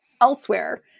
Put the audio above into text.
elsewhere